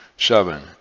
Seven